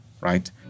right